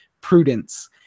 prudence